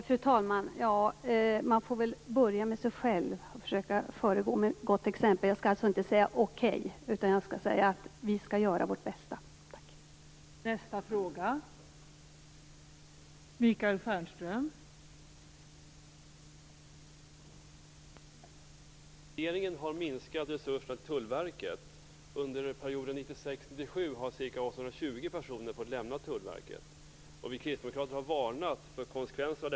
Fru talman! Jag får väl börja med mig själv och försöka föregå med gott exempel. Jag skall alltså inte säga okej, utan jag skall säga att vi skall göra vårt bästa. Tack!